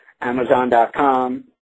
Amazon.com